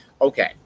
okay